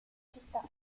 città